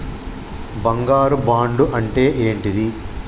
బంగారు బాండు అంటే ఏంటిది?